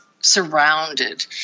Surrounded